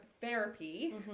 therapy